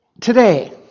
today